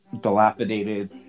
dilapidated